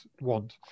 want